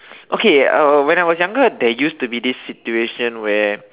okay uh when I was younger there used to be this situation where